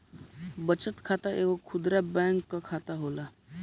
बचत खाता एगो खुदरा बैंक कअ खाता होला